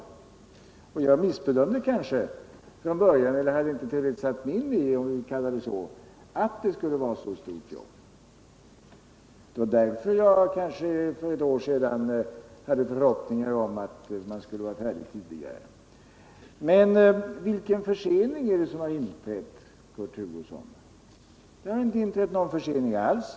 Från början missbedömde jag kanske — eller hade inte tillräckligt satt mig in i frågan, om ni så vill — och trodde inte att det skulle vara ett så stort arbete. Det var kanske därför som jag för ett år sedan hade förhoppningar om att man skulle kunna vara färdig tidigare. Men vilken försening är det som har inträtt, Kurt Hugosson? Det har inte inträtt någon försening alls.